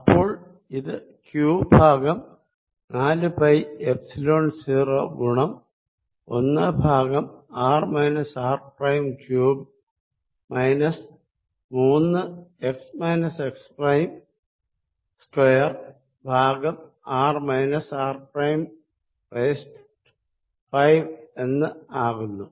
അപ്പോൾ ഇത് ക്യൂ ഭാഗം നാലു പൈ എപ്സിലോൺ 0 ഗുണം ഒന്ന് ഭാഗം r minus r prime cube minus മൂന്ന് എക്സ് മൈനസ്എക്സ് പ്രൈം സ്ക്വയർ ഭാഗം ആർ മൈനസ്ആർ പ്രൈം റൈസ്ഡ് അഞ്ച് എന്നാകുന്നു